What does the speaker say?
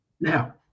Now